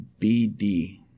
BD